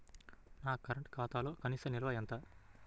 నా కరెంట్ ఖాతాలో కనీస నిల్వ ఎంత?